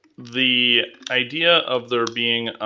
the idea of there being